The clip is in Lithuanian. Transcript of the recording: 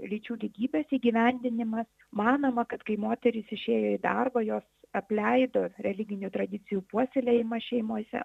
lyčių lygybės įgyvendinimas manoma kad kai moterys išėjo į darbą jos apleido religinių tradicijų puoselėjimą šeimose